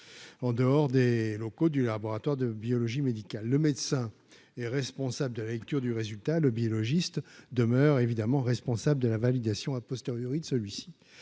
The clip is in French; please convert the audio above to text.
en dehors des locaux du laboratoire de biologie médicale : le médecin est responsable de la lecture du résultat, le biologiste demeure évidemment, responsable de la validation a posteriori de celui-ci,